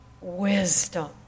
wisdom